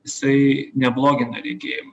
jisai neblogina regėjimo